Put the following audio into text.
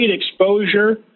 exposure